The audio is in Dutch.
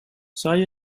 zij